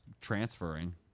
transferring